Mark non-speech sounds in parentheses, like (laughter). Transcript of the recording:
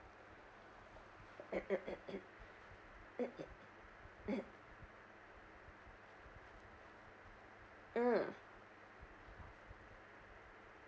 (coughs) mm